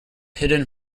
hidden